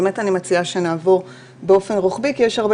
אני מציעה שנעבור באופן רוחבי כי יש הרבה